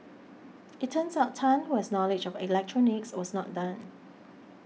it turns out Tan who has knowledge of electronics was not done